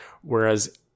Whereas